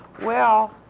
well,